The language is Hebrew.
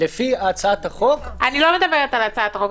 לפי הצעת החוק --- אני לא מדברת על הצעת החוק,